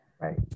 Right